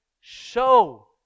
show